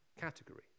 category